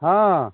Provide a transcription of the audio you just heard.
हँ